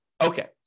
Okay